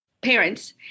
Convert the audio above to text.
parents